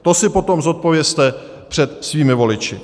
To si potom zodpovězte před svými voliči.